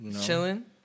chilling